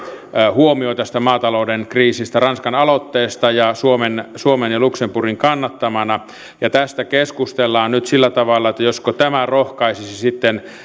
huomio tästä maatalouden kriisistä ranskan aloitteesta suomen suomen ja luxemburgin kannattamana tästä keskustellaan nyt sillä tavalla että josko tämä rohkaisisi sitten